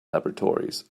laboratories